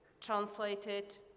translated